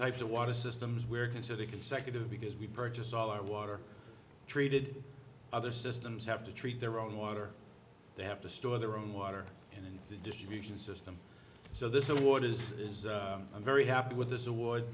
types of water systems we're considered consecutive because we purchase all our water treated other systems have to treat their own water they have to store their own water and the distribution system so this is what is a very happy with this award